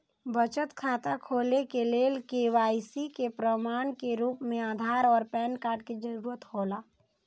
बचत खाता खोले के लेल के.वाइ.सी के प्रमाण के रूप में आधार और पैन कार्ड के जरूरत हौला